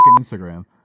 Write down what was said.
Instagram